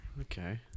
Okay